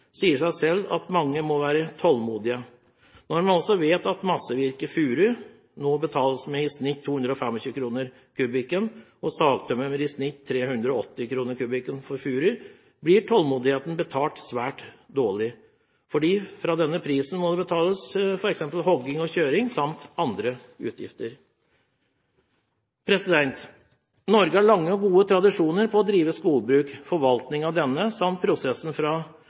sier det seg selv at mange må være tålmodige. Når man også vet at massevirke av furu nå betales med i snitt 225 kr per m3, og sagtømmer av furu med i snitt 380 kr per m3, blir tålmodigheten betalt svært dårlig, for fra denne prisen må det betales for f.eks. hogging og kjøring samt andre utgifter. Norge har lange og gode tradisjoner for å drive skogbruk, forvaltning av det samt prosessen fra